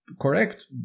correct